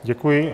Děkuji.